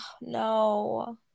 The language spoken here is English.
no